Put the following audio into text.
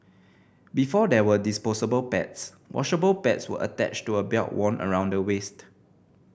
before there were disposable pads washable pads were attached to a belt worn around the waist